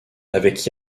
avec